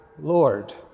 Lord